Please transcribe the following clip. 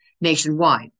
nationwide